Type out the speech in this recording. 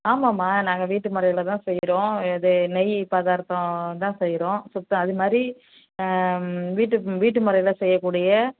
ஆமாம்மா நாங்கள் வீட்டு முறையில்தான் செய்யறோம் இது நெய் பதார்த்தம் தான் செய்யறோம் சுத்தம் அது வீட்டு வீட்டு முறையில் செய்யக்கூடிய